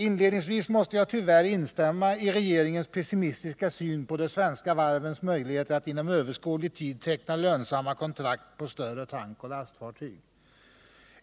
Inledningsvis måste jag tyvärr instämma i regeringens pessimistiska syn på de svenska varvens möjligheter att inom överskådlig tid teckna lönsamma kontrakt på större tankoch lastfartyg.